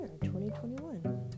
2021